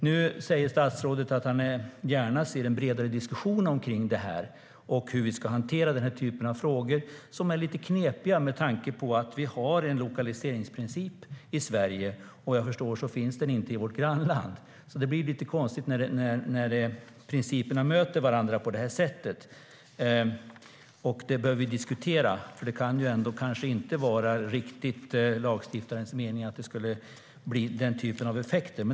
Nu säger statsrådet att han gärna ser en bredare diskussion om detta och hur vi ska hantera den här typen av frågor. De är lite knepiga med tanke på att vi har en lokaliseringsprincip i Sverige. Såvitt jag förstår finns den inte i vårt grannland. Det blir lite konstigt när principerna möter varandra på det här sättet. Det bör vi diskutera. Det kan kanske inte riktigt vara lagstiftarens mening att det skulle bli den typen av effekter.